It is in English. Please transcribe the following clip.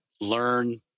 learn